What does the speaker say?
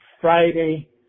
Friday